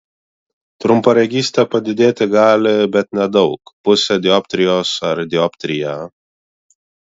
trumparegystė padidėti gali bet nedaug pusę dioptrijos ar dioptriją